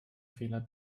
fehler